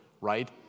right